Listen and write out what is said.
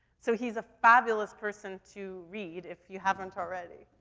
so he's a fabulous person to read if you haven't already.